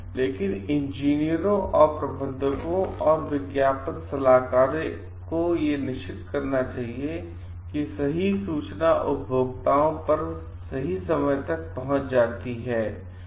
लेकिन इंजीनियरों और प्रबंधकों और विज्ञापन सलाहकारों को इसे निश्चित करना चाहिए कि सही सूचना उपभोक्ताओं तक समय पर पहुंचती है